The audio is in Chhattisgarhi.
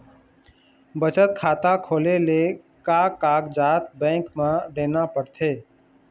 बचत खाता खोले ले का कागजात बैंक म देना पड़थे?